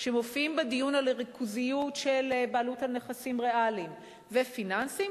שמופיעים בדיון על הריכוזיות של בעלות על נכסים ריאליים ופיננסיים